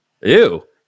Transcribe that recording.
Ew